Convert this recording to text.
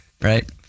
right